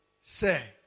say